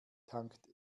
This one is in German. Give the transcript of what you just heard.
tankt